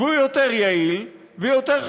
והוא יותר יעיל ויותר חסכוני,